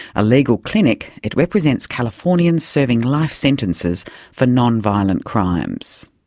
a legal clinic, it represents californians serving life sentences for non-violent crimes.